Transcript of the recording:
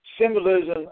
Symbolism